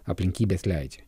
aplinkybės leidžia